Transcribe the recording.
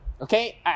Okay